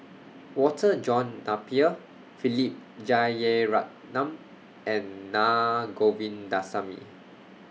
Walter John Napier Philip Jeyaretnam and Naa Govindasamy